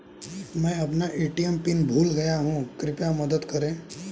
मैं अपना ATM PIN भूल गया हूँ कृपया मदद करें